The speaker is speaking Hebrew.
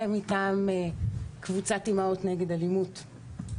ומטעם קבוצת אימהות נגד אלימות.